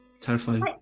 Terrifying